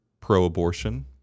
pro-abortion